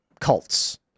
cults